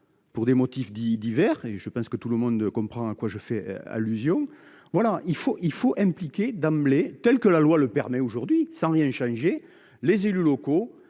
Pour des motifs dits divers et je pense que tout le monde comprend quoi je fais allusion. Voilà il faut il faut impliquer d'emblée telles que la loi le permet aujourd'hui, sans rien changer. Les élus locaux